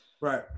Right